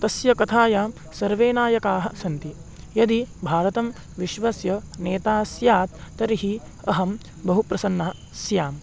तस्य कथायां सर्वे नायकाः सन्ति यदि भारतं विश्वस्य नेता स्यात् तर्हि अहं बहु प्रसन्नः स्याम्